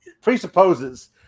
presupposes